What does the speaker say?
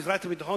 מערכת הביטחון,